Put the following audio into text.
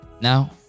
Now